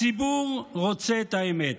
הציבור רוצה את האמת,